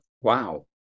Wow